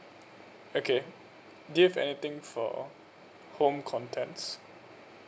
okay do you have anything for home contents